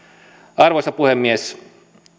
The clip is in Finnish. arvoisa puhemies